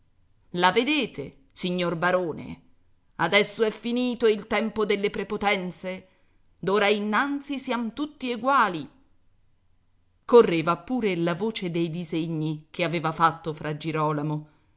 la vedete signor barone adesso è finito il tempo delle prepotenze d'ora innanzi siam tutti eguali correva pure la voce dei disegni che aveva fatto fra girolamo